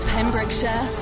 Pembrokeshire